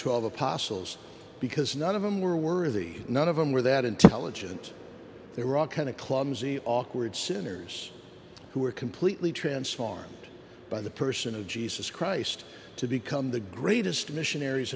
twelve apostles because none of them were worthy none of them were that intelligent they were all kind of clumsy awkward sinners who were completely transformed by the person of jesus christ to become the greatest missionaries